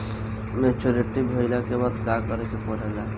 Maturity भईला के बाद का करे के पड़ेला?